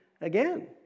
again